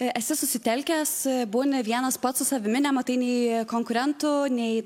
esi susitelkęs būni vienas pats su savimi nematai nei konkurentų nei